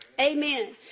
Amen